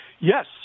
yes